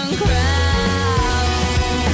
crowd